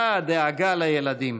על עצמה את אמנת האו"ם לזכויות הילד.